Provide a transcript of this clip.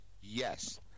Yes